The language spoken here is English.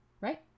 right